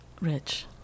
Rich